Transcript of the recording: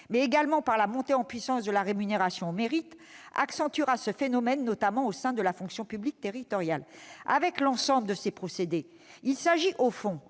mais également par la montée en puissance de la rémunération au mérite, accentuera ce phénomène, notamment au sein de la fonction publique territoriale. Avec l'ensemble de ces procédés, il s'agit au fond